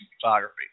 photography